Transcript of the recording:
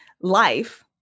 life